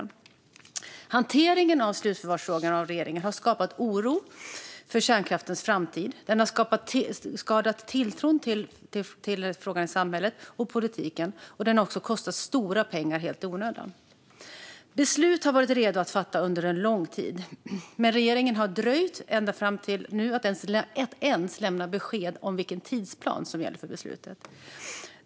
Regeringens hantering av slutförvarsfrågan har skapat stor oro i fråga om kärnkraftens framtid, skadat tilltron från samhället till politiken och kostat stora pengar helt i onödan. Beslut har varit redo att fattas under lång tid, men regeringen har dröjt ända fram till nu med att ens lämna besked om vilken tidsplan som gäller för beslutet.